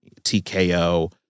tko